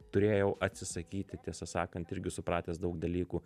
turėjau atsisakyti tiesą sakant irgi supratęs daug dalykų